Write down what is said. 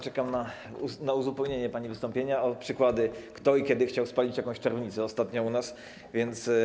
Czekam na uzupełnienie pani wystąpienia o przykłady, kto i kiedy chciał spalić jakąś czarownicę ostatnio u nas, więc.